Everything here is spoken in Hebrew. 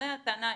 זו הטענה,